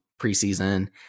preseason